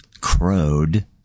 crowed